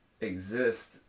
exist